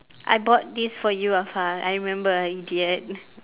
I bought this for you afar I remember idiot